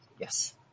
Yes